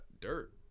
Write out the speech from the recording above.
dirt